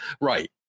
Right